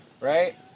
Right